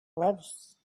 lives